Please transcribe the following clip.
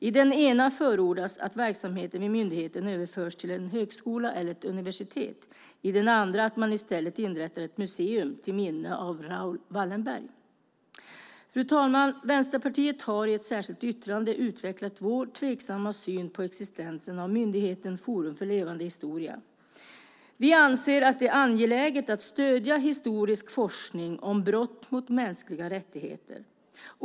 I den ena förordas att verksamheten vid myndigheten överförs till en högskola eller ett universitet, och i den andra förordas att man i stället inrättar ett museum till minne av Raoul Wallenberg. Fru talman! Vänsterpartiet har i ett särskilt yttrande utvecklat våra tvivel över existensen av myndigheten Forum för levande historia. Vi anser att det är angeläget att stödja historisk forskning om brott mot mänskliga rättigheter.